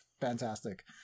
fantastic